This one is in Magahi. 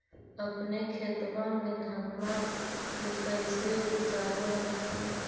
अपने खेतबा मे धन्मा के कैसे उपजाब हखिन?